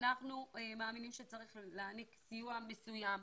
צריך להעניק סיוע מסוים,